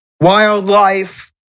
wildlife